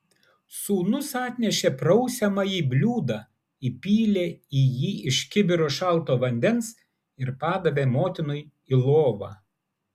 sūnus atnešė prausiamąjį bliūdą įpylė į jį iš kibiro šalto vandens ir padavė motinai į lovą